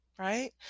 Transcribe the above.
Right